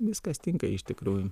viskas tinka iš tikrųjų